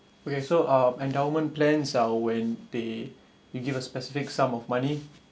okay so uh endowment plan is uh when they they give us specific sum of money